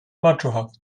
machohaft